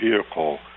vehicle